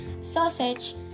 sausage